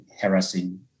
harassing